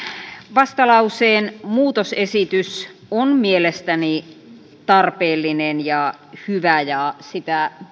vastalauseen muutosesitys on mielestäni tarpeellinen ja hyvä ja sitä